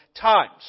times